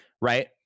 right